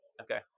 Okay